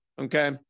Okay